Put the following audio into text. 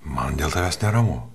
man dėl tavęs neramu